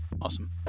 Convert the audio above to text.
awesome